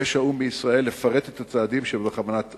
ביקש האו"ם מישראל לפרט את הצעדים שבכוונתה